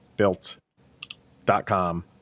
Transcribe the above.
Built.com